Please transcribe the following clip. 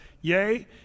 Yea